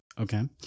Okay